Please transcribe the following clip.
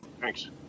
Thanks